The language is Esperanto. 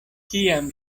kiam